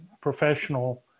professional